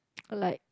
a like